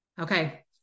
Okay